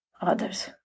Others